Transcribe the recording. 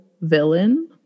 villain